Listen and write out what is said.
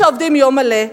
שעובדים יום מלא,